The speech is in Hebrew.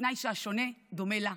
בתנאי שהשונה דומה לה,